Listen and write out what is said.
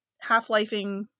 half-lifing